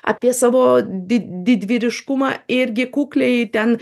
apie savo did didvyriškumą irgi kukliai ten